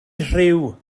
rhyw